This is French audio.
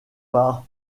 par